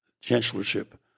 chancellorship